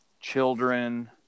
children